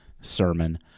sermon